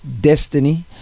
destiny